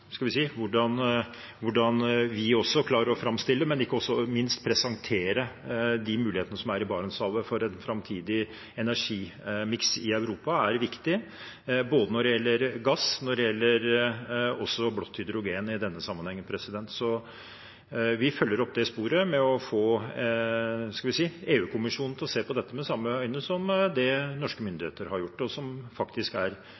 vi klarer å framstille, men ikke minst presentere de mulighetene som er i Barentshavet for en framtidig energimiks i Europa, er viktig, når det gjelder både gass og blått hydrogen, i denne sammenhengen. Så vi følger opp det sporet med å få EU-kommisjonen til å se på dette med samme øyne som det norske myndigheter har gjort, som faktisk langt på vei er